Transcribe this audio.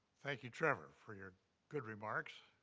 thank you, trevor, for your good remarks.